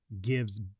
gives